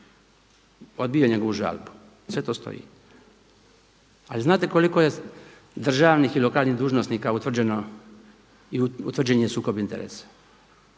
odbio njegovu žalbu, sve to stoji. Ali znate kod koliko je državnih i lokalnih dužnosnika utvrđen sukob interesa,